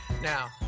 Now